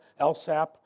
LSAP